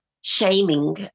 shaming